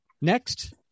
Next